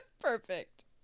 Perfect